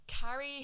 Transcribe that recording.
Carrie